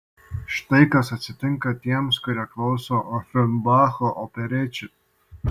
štai kas atsitinka tiems kurie klauso ofenbacho operečių